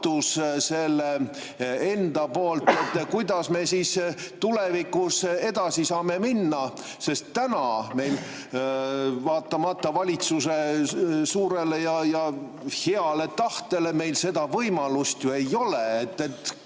selle ise? Kuidas me siis tulevikus edasi saame minna? Sest täna meil vaatamata valitsuse suurele ja heale tahtele seda võimalust ju ei ole.